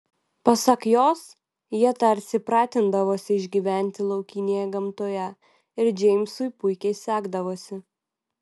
pasak jos jie tarsi pratindavosi išgyventi laukinėje gamtoje ir džeimsui puikiai sekdavosi